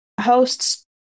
hosts